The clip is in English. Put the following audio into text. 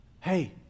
hey